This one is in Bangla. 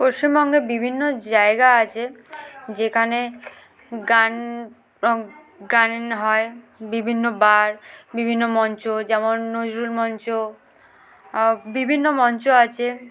পশ্চিমবঙ্গে বিভিন্ন জায়গা আছে যেখানে গান গান হয় বিভিন্ন বার বিভিন্ন মঞ্চ যেমন নজরুল মঞ্চ বিভিন্ন মঞ্চ আছে